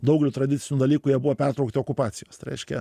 daugeliu tradicinių dalykų jie buvo pertraukti okupacijos tai reiškia